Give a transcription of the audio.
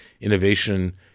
innovation